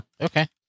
Okay